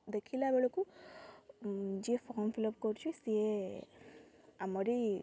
ଦେଖିଲା ବେଳକୁ ଯିଏ ଫର୍ମ ଫିଲ୍ଅପ୍ କରୁଛି ସିଏ ଆମରି